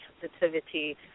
sensitivity